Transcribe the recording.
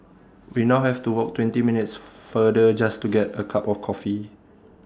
we now have to walk twenty minutes further just to get A cup of coffee